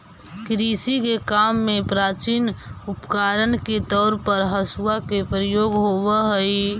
कृषि के काम में प्राचीन उपकरण के तौर पर हँसुआ के प्रयोग होवऽ हई